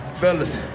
Fellas